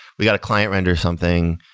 we got to client-render something.